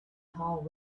tall